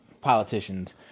politicians